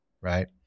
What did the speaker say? right